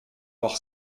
par